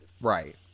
Right